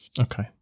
Okay